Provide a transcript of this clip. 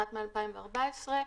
אחת מ-2015.